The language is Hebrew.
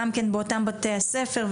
גם כן באותם בתי הספר,